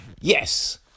yes